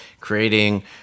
creating